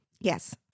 Yes